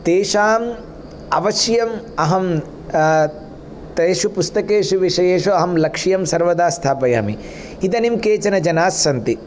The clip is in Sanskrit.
तेषाम् अवश्यम् अहं तेषु पुस्तकेषु विषयेषु अहं लक्ष्यं सर्वदा स्थापयामि इदानीं केचन जनास्सन्ति